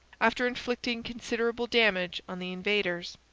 after inflicting considerable damage on the invaders.